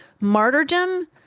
martyrdom